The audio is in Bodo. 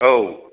औ